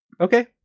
Okay